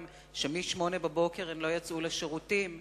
שמהשעה 08:00 הן לא יצאו לשירותים,